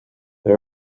they